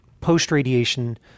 post-radiation